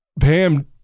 Pam